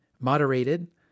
moderated